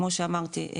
כמו שאמרתי,